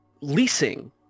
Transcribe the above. leasing